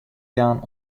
jaan